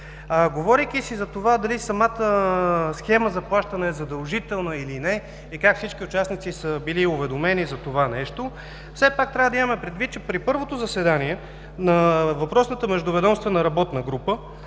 Говорейки си затова дали самата схема за плащане е задължителна, или не, и как всички участници са били уведомени за това нещо, все пак трябва да имаме предвид, че при първото заседание на въпросната Междуведомствена работна група